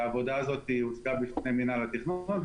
העבודה הזאת הוצגה בפני מנהל התכנון,